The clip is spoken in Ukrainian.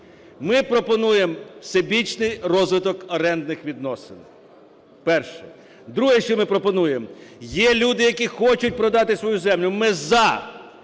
Ми пропонуємо всебічний розвиток орендних відносин. Перше. Друге, що ми пропонуємо. Є люди, які хочуть продати свою землю, ми –